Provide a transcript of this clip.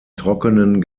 trockenen